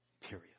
Period